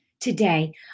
today